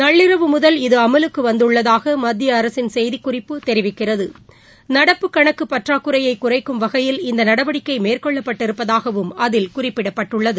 நள்ளிரவு முதல் இது அமலுக்குவந்துள்ளதாகமத்தியஅரசின் செய்திகுறிப்பு தெரிவிக்கிறது நடப்பு கணக்குபற்றாக்குறையைகுறைக்கும் வகையில் இந்தநடவடிக்கைமேற்கொள்பட்டிருப்பதாகவும் அதில் குறிப்பிடப்பட்டுள்ளது